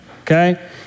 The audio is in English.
Okay